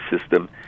system